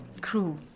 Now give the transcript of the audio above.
cruel